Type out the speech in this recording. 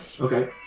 okay